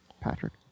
patrick